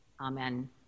Amen